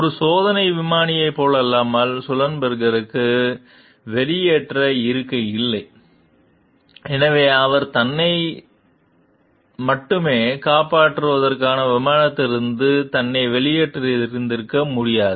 ஒரு சோதனை விமானியைப் போலல்லாமல் சுல்லன்பெர்கருக்கு வெளியேற்ற இருக்கை இல்லை எனவே அவர் தன்னை மட்டுமே காப்பாற்றுவதற்காக விமானத்திலிருந்து தன்னை வெளியேற்றியிருக்க முடியாது